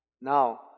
Now